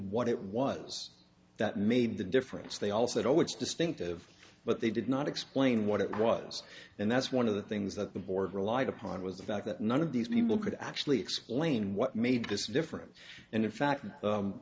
what it was that made the difference they all said oh it's distinctive but they did not explain what it was and that's one of the things that the board relied upon was the fact that none of these people could actually explain what made this different and in fact